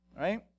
right